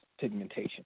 pigmentation